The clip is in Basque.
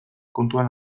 kontuan